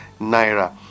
Naira